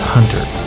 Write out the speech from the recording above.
Hunter